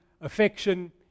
affection